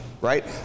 right